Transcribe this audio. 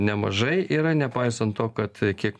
nemažai yra nepaisant to kad kiek